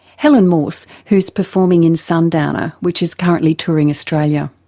helen morse who is performing in sundowner, which is currently touring australia.